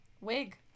wig